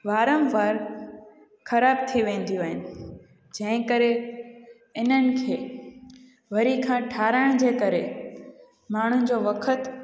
वारम वर ख़राबु थी वेंदियूं आहिनि जंहिं करे इन्हनि खे वरी खां ठाराइण जे करे माण्हू जो वक़्तु